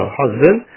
husband